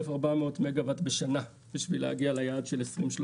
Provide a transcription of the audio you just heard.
1,400 מגה וואט בשנה בשביל להגיע ליעד של 2030,